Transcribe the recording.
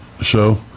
show